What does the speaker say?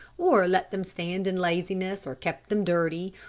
or let them stand in laziness, or kept them dirty,